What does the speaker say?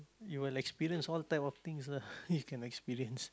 you will experience all type of things lah you can experience